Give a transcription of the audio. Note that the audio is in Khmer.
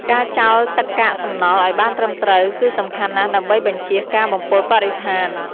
ការចោលទឹកកាកសំណល់ឲ្យបានត្រឹមត្រូវគឺសំខាន់ណាស់ដើម្បីបញ្ចៀសការបំពុលបរិស្ថាន។